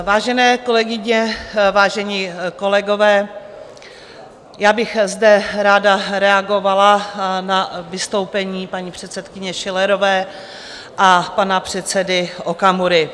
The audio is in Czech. Vážené kolegyně, vážení kolegové, já bych zde ráda reagovala na vystoupení paní předsedkyně Schillerové a pana předsedy Okamury.